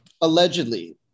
allegedly